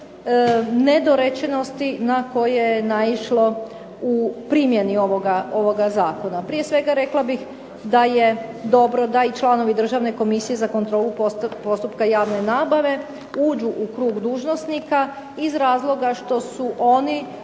nedorečenosti na koje je naišlo u primjeni ovoga zakona. Prije svega rekla bih da je dobro da i članovi državne komisije za kontrolu postupka javne nabave uđu u krug dužnosnika iz razloga što su oni